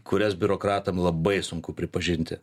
kurias biurokratam labai sunku pripažinti